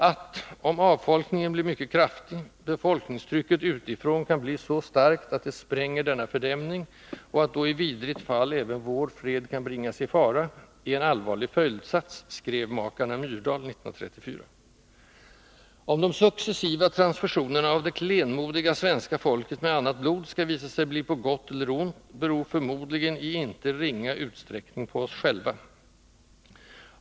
”Att — om avfolkningen blir mycket kraftig — befolkningstrycket utifrån kan bli så starkt att det spränger denna fördämning och att då i vidrigt fall även vår fred kan bringas i fara är en allvarlig följdsats”, skrev makarna Myrdal 1934. Om de successiva transfusionerna av det klenmodiga svenska folket med annat blod skall visa sig bli på gott eller ont beror förmodligen i inte ringa utsträckning på oss själva.